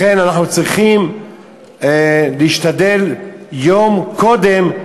לכן, אנחנו צריכים להשתדל יום קודם,